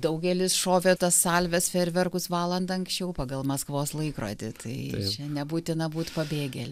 daugelis šovė tas salves fejerverkus valandą anksčiau pagal maskvos laikrodį tai čia nebūtina būt pabėgėlių